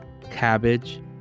cabbage